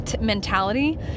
mentality